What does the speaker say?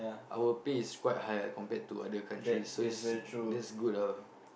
our pay is quite high eh compared to other countries so is that's good ah